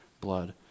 blood